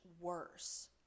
worse